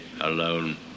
alone